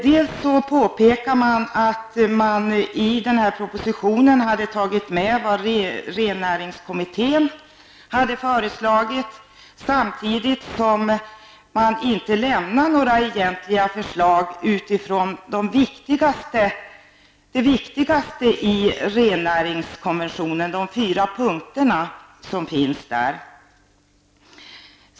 Reservanterna påpekar att man i propositionen har tagit med vad rennäringskommittén har föreslagit, samtidigt som man inte lämnar några egentliga förslag utifrån det viktigaste i rennäringskonventionen, nämligen de fyra punkterna som finns där.